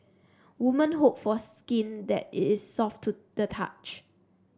woman hope for skin that it is soft to the touch